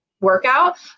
workout